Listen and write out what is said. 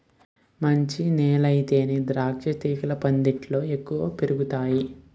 మంచి నేలయితేనే ద్రాక్షతీగలు పందిట్లో ఎక్కువ పెరుగతాయ్